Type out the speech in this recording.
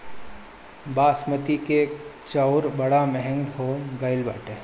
बासमती के चाऊर बड़ा महंग हो गईल बाटे